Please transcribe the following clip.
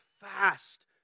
fast